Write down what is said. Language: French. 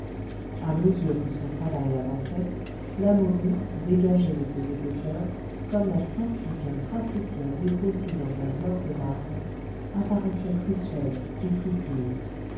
à mesure que son travail avançait la momie dégagée de ses épaisseurs comme la statue qu'un praticien dégrossit dans un bloc de marbre apparaissait plus svelte et plus pure